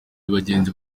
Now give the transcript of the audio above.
bagenzi